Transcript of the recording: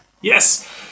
Yes